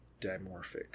dimorphic